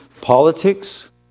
Politics